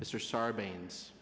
mr sarbanes